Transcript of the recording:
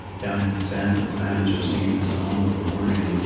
down in the sand the clams were singing a song of warning,